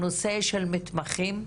הנושא של מתמחים.